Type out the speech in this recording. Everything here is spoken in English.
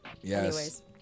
Yes